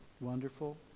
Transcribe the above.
Wonderful